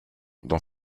dans